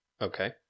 Okay